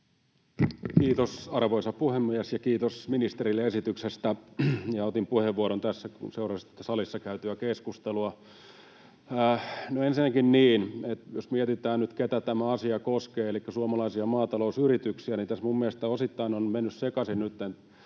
Kiitos, arvoisa puhemies! Kiitos ministerille esityksestä. — Otin puheenvuoron tässä, kun seurasin salissa käytyä keskustelua. No, ensinnäkin jos mietitään nyt, ketä tämä asia koskee, elikkä suomalaisia maatalousyrityksiä, niin tässä mielestäni osittain ovat menneet nytten